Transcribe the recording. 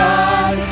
God